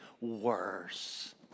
worse